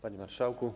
Panie Marszałku!